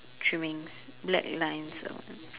trimming black line so